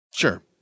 Sure